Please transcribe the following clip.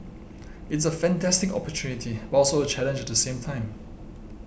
it's a fantastic opportunity but also a challenge at the same time